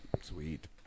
Sweet